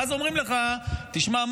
ואז אומרים לך: שמע,